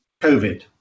COVID